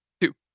Two